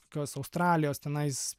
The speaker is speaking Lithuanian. kokios australijos tenais